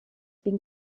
been